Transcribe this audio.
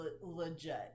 legit